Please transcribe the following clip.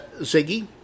Ziggy